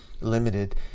Limited